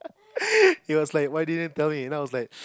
he was like why didn't tell me then I was like